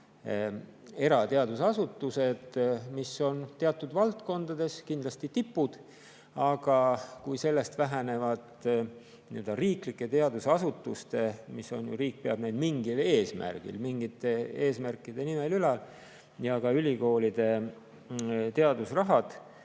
erateadusasutused, mis on teatud valdkondades kindlasti tipud, aga kui sellest vähenevad riiklike teadusasutuste – riik peab neid mingil eesmärgil, mingite eesmärkide nimel ülal – ja ka ülikoolide teadusrahad,